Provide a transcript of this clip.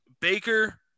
Baker